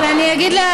אני אגיד,